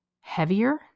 heavier